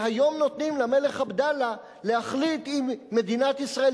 והיום נותנים למלך עבדאללה להחליט אם מדינת ישראל